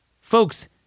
Folks